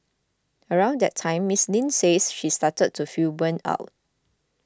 around that time Miss Lin says she started to feel burnt out